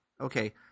Okay